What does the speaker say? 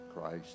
Christ